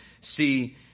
see